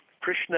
Krishna